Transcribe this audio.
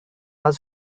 was